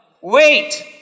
Wait